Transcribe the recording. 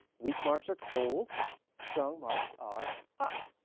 weak marks are cold strong marks are hot.